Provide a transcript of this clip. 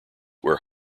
where